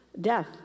death